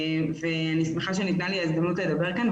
אני שמחה שניתנה לי ההזדמנות לדבר כאן,